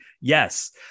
yes